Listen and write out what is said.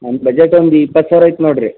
ನನ್ನ ಬಜೆಟ್ ಒಂದು ಇಪ್ಪತ್ತು ಸಾವಿರ ಐತೆ ನೋಡ್ರಿ